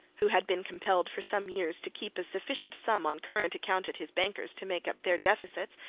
who had been compelled for some years to keep a sufficient sum on current account at his bankers to make up their deficits,